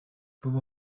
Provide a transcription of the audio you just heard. vuba